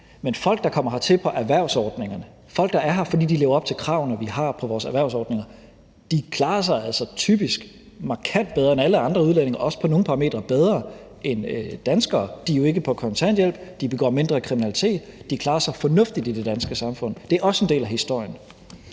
Men folk, der kommer hertil på erhvervsordningerne, folk, der er her, fordi de lever op til kravene, vi har på vores erhvervsordninger, klarer sig altså typisk markant bedre end alle andre udlændinge, også på nogle parametre bedre end danskere. De er jo ikke på kontanthjælp, de begår mindre kriminalitet, de klarer sig fornuftigt i det danske samfund. Det er også en del af historien.